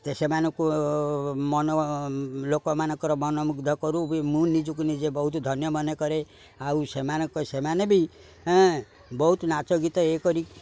ସେମାନଙ୍କୁ ମନ ଲୋକମାନଙ୍କର ମନମୁଗ୍ଧ କରୁ ବି ମୁଁ ନିଜକୁ ନିଜେ ବହୁତ ଧନ୍ୟ ମନେ କରେ ଆଉ ସେମାନଙ୍କ ସେମାନେ ବି ବହୁତ ନାଚ ଗୀତ ଇଏ କରି